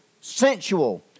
sensual